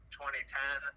2010